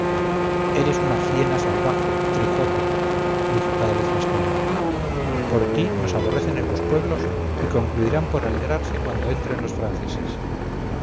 eres una jiena salvaje trijueque dijo cada vez más colérico por ti nos aborrecen en los pueblos y concluirán por alegrarse cuando entren los franceses